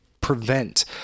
prevent